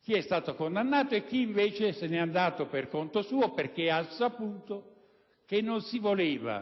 chi è stato condannato e chi invece se ne è andato per conto suo, perché ha saputo che non si voleva